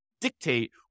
dictate